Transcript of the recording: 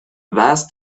vast